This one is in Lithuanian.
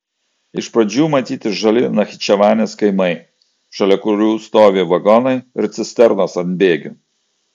iš pradžių matyti žali nachičevanės kaimai šalia kurių stovi vagonai ir cisternos ant bėgių